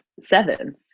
Seven